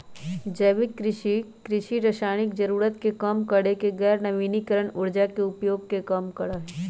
जैविक कृषि, कृषि रासायनिक जरूरत के कम करके गैर नवीकरणीय ऊर्जा के उपयोग के कम करा हई